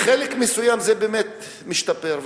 בחלק מסוים זה באמת משתפר,